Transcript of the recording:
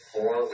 Four